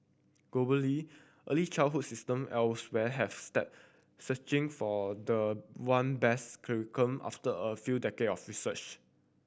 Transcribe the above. globally early childhood system elsewhere have stepped searching for the one best curriculum after a few decade of research